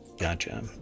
gotcha